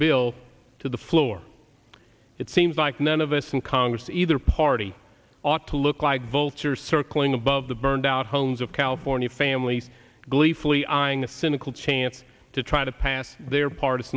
bill to the floor it seems like none of us in congress either party ought to look like vultures circling above the burned out homes of california families gleefully eyeing a cynical chance to try to pass their part